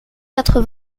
quatre